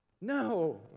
No